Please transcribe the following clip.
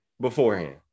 beforehand